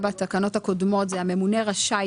בתקנות הקודמות נאמר: הממונה רשאי,